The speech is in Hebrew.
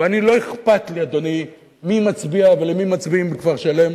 ולא אכפת לי מי מצביע ולמי מצביעים בכפר-שלם.